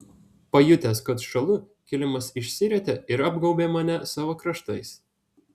pajutęs kad šąlu kilimas išsirietė ir apgaubė mane savo kraštais